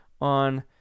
on